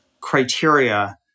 criteria